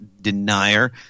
denier